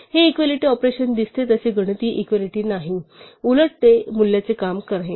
हे equality operation दिसते तसे गणितीय एक्वालिटी नाही उलट ते मूल्याचे काम आहे